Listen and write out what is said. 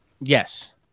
Yes